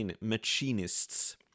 machinists